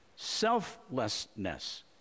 selflessness